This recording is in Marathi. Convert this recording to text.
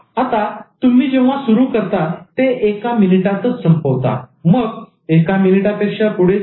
आता तुम्ही जेव्हा सुरू करता ते एका मिनिटातच संपवता मग एका मिनिटापेक्षा पुढे जात